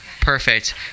Perfect